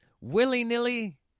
willy-nilly